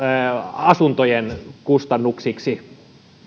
asuntojen kustannuksiksi